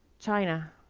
china,